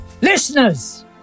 Listeners